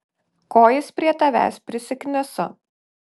ko jis prie tavęs prisikniso